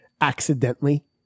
accidentally